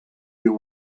you